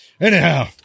Anyhow